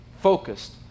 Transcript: focused